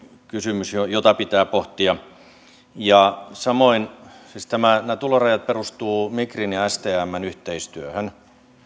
kysymys jota pitää pohtia samoin nämä tulorajat ne perustuvat migrin ja stmn yhteistyöhön